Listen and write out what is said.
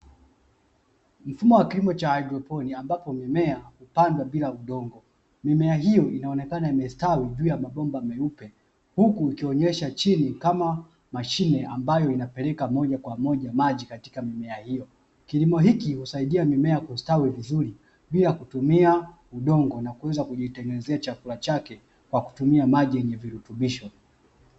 Mfumo wa kilimo cha haidroponi ambapo mimea hupandwa bila udongo mimea hiyo inaonekana imestawi juu ya mabomba meupe, huku ikionyesha chini kama mashine ambayo inapeleka moja kwa moja maji katika mimea hiyo; kilimo hiki husaidia mimea kustawi vizuri bila kutumia udongo na kuweza kujitengenezea chakula chake ka kutumia maji yenye virutubisho.